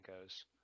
goes